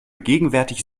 gegenwärtig